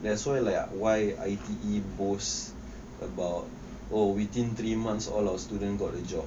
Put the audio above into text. that's why like why I_T_E boasts about or within three months all our students got a job